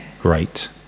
great